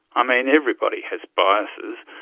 i mean, everybody has biases,